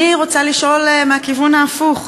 אני רוצה לשאול, מהכיוון ההפוך,